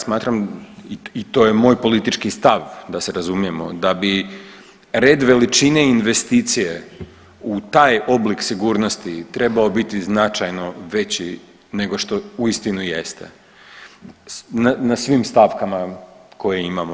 Smatram i to je moj politički stav da se razumijemo da bi red veličine investicije u taj oblik sigurnosti trebao biti značajno veći nego što uistinu jeste, na svim stavkama koje imamo.